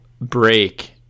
break